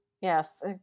Yes